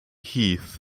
heath